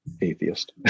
atheist